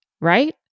right